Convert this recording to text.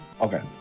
okay